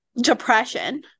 depression